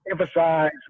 emphasize